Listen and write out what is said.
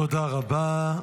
תודה רבה.